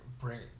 bring